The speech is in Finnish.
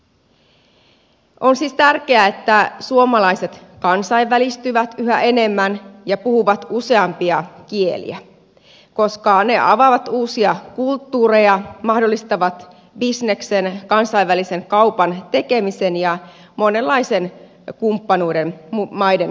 on siis tärkeää että suomalaiset kansainvälistyvät yhä enemmän ja puhuvat useampia kieliä koska ne avaavat uusia kulttuureja mahdollistavat bisneksen kansainvälisen kaupan tekemisen ja monenlaisen kumppanuuden maiden välille